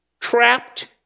trapped